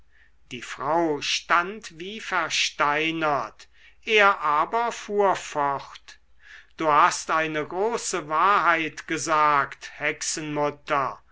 die frau stand wie versteinert er aber fuhr fort du hast eine große wahrheit gesagt hexenmutter